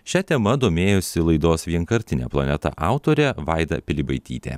šia tema domėjosi laidos vienkartinė planeta autorė vaida pilibaitytė